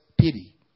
pity